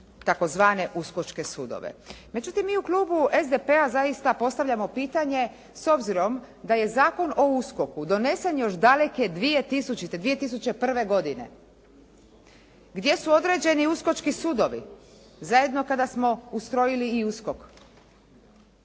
tzv. Uskočke sudove. Međutim, mi u klubu SDP-a zaista postavljamo pitanje, s obzirom da je Zakon o USKOK-u donesen još daleke 2000., 2001. godine. gdje su određeni Uskočki sudovi, zajedno kada smo ustrojili i USKOK.